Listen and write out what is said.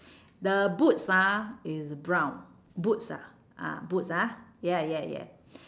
the boots ah is brown boots ah ah boots ah ya ya ya